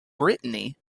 brittany